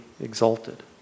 exalted